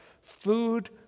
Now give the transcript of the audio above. Food